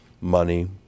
money